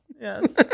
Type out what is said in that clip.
Yes